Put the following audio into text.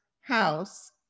house